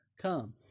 Come